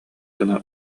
гына